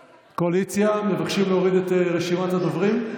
מבקשים להוריד את רשימת הדוברים?